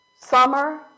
summer